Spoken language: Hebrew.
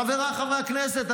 חבריי חברי הכנסת,